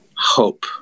hope